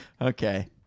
Okay